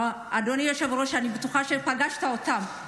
אדוני היושב-ראש, אני בטוחה שפגשת אותם.